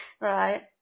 Right